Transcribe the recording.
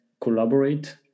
collaborate